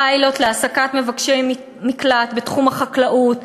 פיילוט להעסקת מבקשי מקלט בתחום החקלאות,